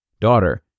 Daughter